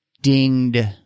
dinged